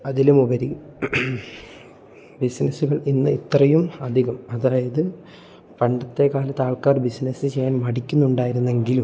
അതിലും ഉപരി ബിസിനസ്സുകൾ ഇന്ന് ഇത്രയും അധികം അതായത് പണ്ടത്തെ കാലത്ത് ആൾക്കാർ ബിസിനസ്സ് ചെയ്യാൻ മടിക്കുന്നുണ്ടായിരുന്നു എങ്കിലും